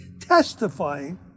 testifying